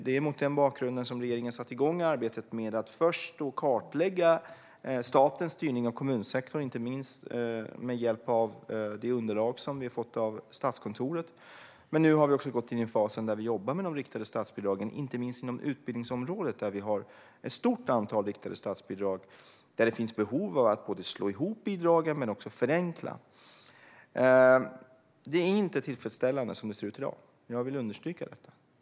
Det är mot den bakgrunden som regeringen har satt igång arbetet med att först kartlägga statens styrning av kommunsektorn med hjälp av det underlag som vi fått av Statskontoret. Nu har vi också gått in i den fas där vi jobbar med de riktade statsbidragen, inte minst inom utbildningsområdet, där vi har ett stort antal riktade statsbidrag. Där finns det behov av att slå ihop bidragen men också av att förenkla. Det är inte tillfredsställande som det ser ut i dag. Jag vill understryka detta.